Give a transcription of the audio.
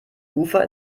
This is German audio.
ufer